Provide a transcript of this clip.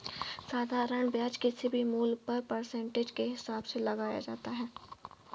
साधारण ब्याज किसी भी मूल्य पर परसेंटेज के हिसाब से लगाया जाता है